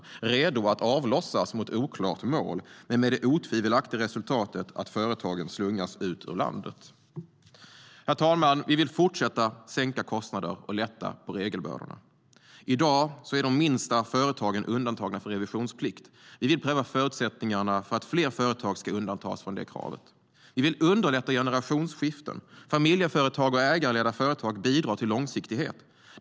De är redo att avlossas mot oklart mål, men det otvivelaktiga resultatet är att företagen slungas ut ur landet. Herr talman! Vi vill fortsätta att sänka kostnader och lätta på regelbördorna. I dag är de minsta företagen undantagna från revisionsplikt. Vi vill pröva förutsättningarna för att fler företag ska undantas från det kravet. Vi vill underlätta generationsskiften. Familjeföretag och ägarledda företag bidrar till långsiktighet.